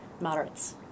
moderates